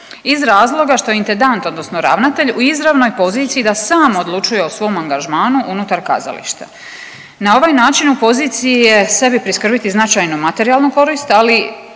iz razloga što intendant odnosno ravnatelj u izravnoj poziciji da sam odlučuje o svom angažmanu unutar kazališta. Na ovaj način u poziciji je sebi priskrbiti značajnu materijalnu korist,